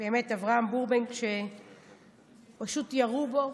אברהם ברומברג, שפשוט ירו בו,